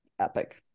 epic